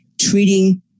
treating